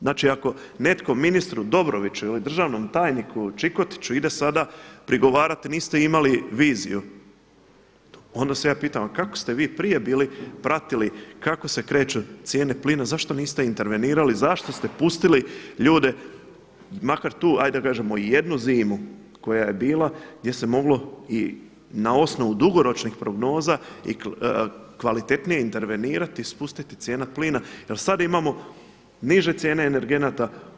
Znači ako netko ministru Dobroviću ili državnom tajniku Čikotiću ide sada prigovarati niste imali viziju, onda se ja pitam a kako ste vi prije bili pratili kako se kreću cijene plina, zašto niste intervenirali, zašto ste pustili ljude makar tu hajde da kažemo jednu zimu koja je bila, gdje se moglo i na osnovu dugoročnih prognoza i kvalitetnije intervenirati, spustiti cijena plina jer sad imamo niže cijene energenata.